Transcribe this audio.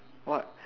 what